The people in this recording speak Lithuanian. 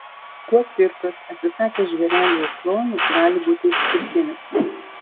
kuo cirkas atsisakęs žvėrelių ir klounų gali būti išskirtinis